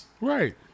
Right